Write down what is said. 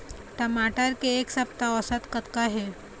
टमाटर के एक सप्ता औसत कतका हे?